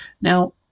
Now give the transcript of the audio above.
Now